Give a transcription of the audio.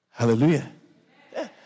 Hallelujah